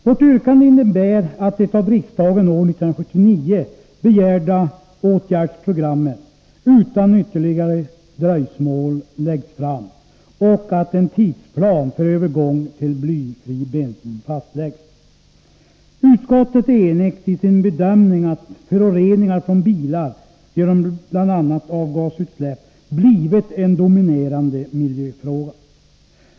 Vårt yrkande innebär att det av riksdagen år 1979 begärda åtgärdsprogrammet utan ytterligare dröjsmål läggs fram och att en tidsplan för övergång till blyfri bensin fastläggs. Utskottet är enigt i sin bedömning att föroreningar från bilar genom bl.a. avgasutsläpp blivit en dominerande miljöfråga.